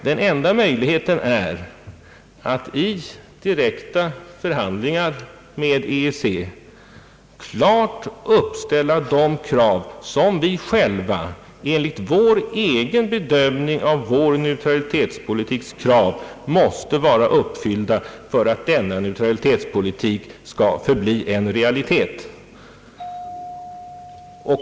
Den enda möjligheten är att i direkta förhandlingar med EEC klart uppställa de krav, som enligt vår egen bedömning av vår neutralitetspolitiks krav måste vara uppfyllda för att neutralitetspolitiken skall förbli en realitet.